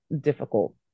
difficult